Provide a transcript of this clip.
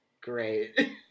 great